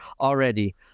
already